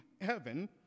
heaven